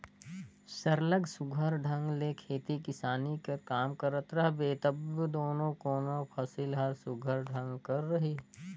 सरलग सुग्घर ढंग ले खेती किसानी कर काम करत रहबे तबे दो कोनो फसिल हर सुघर ढंग कर रही